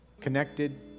connected